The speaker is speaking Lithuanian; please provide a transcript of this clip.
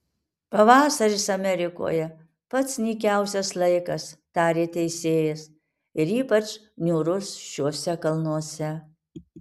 pavasaris amerikoje pats nykiausias laikas tarė teisėjas ir ypač niūrus šiuose kalnuose